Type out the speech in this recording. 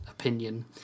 opinion